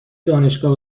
دانشگاه